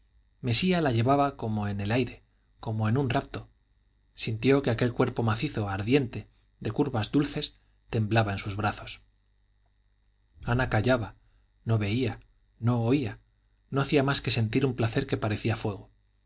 mesía la llevaba como en el aire como en un rapto sintió que aquel cuerpo macizo ardiente de curvas dulces temblaba en sus brazos ana callaba no veía no oía no hacía más que sentir un placer que parecía fuego